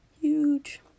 Huge